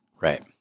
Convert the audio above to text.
Right